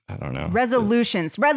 resolutions